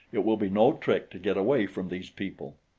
it will be no trick to get away from these people.